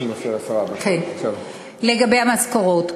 לגבי המשכורות.